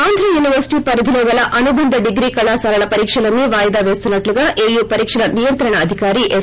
ఆంధ్రాయూనివర్సిటీ పరిధిలో గల అనుబంధ డిగ్రీ కళాశాలల పరీక్షలన్నీ వాయిదా పేస్తున్నట్లు ఏయూ పరీక్షల నియంత్రణాధికారి ఎస్